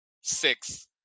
six